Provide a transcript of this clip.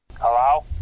Hello